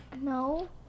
No